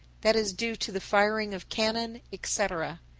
that is due to the firing of cannon, etc.